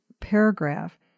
paragraph